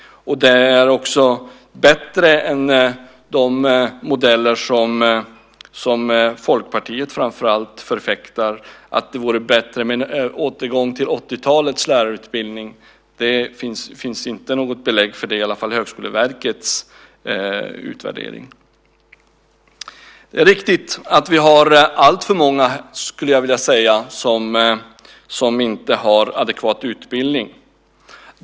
Den är också bättre än de modeller som framför allt Folkpartiet förfäktar, att det vore bättre med en återgång till 80-talets lärarutbildning. Det finns i alla fall inte något belägg för det i Högskoleverkets utvärdering. Det är riktigt att det är alltför många som inte har adekvat utbildning.